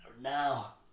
Now